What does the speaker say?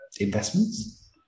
investments